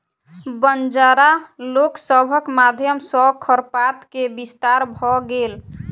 बंजारा लोक सभक माध्यम सॅ खरपात के विस्तार भ गेल